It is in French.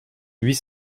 huit